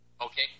okay